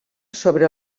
sobre